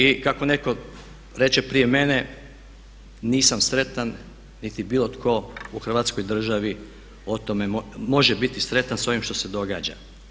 I kako netko reče prije mene nisam sretan niti bilo tko u Hrvatskoj državi može biti sretan s ovim što se događa.